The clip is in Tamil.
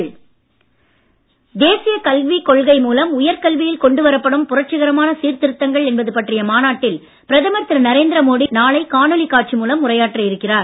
மோடி கல்வி தேசிய கல்விக் கொள்கை மூலம் உயர்கல்வியில் கொண்டு வரப்படும் புரட்சிகரமான சீர்திருத்தங்கள் என்பது பற்றிய மாநாட்டில் பிரதமர் திரு நரேந்திர மோடி நாளை காணொலி காட்சி மூலம் உரையாற்ற இருக்கிறார்